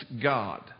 God